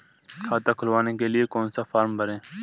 खाता खुलवाने के लिए कौन सा फॉर्म भरें?